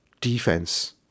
defense